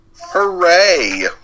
hooray